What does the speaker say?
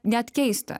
net keista